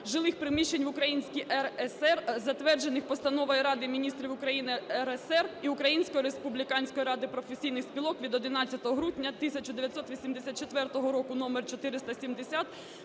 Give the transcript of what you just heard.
жилих приміщень в Українській РСР, затверджених Постановою Ради Міністрів Української РСР і Української республіканської ради професійних спілок від 11 грудня 1984 року номер 470,